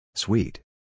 Sweet